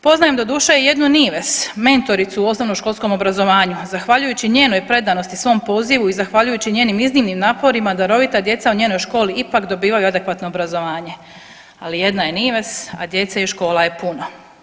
Poznajem doduše i jednu Nives, mentoricu u osnovnoškolskom obrazovanju, a zahvaljujući njenoj predanosti svom pozivu i zahvaljujući njenim iznimnim naporima darovita djeca u njenoj školi ipak dobivaju adekvatno obrazovanje, ali jedna je Nives, a djeca i škola je puno.